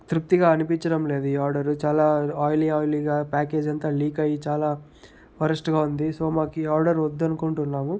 తృప్తిగా అనిపించడం లేదు ఈ ఆర్డరు చాలా ఆయిలీ ఆయిలీగా ప్యాకేజ్ అంతా లీక్ అయి చాలా వరస్ట్గా ఉంది సో మాకీ ఆర్డరు వద్దనుకుంటున్నాము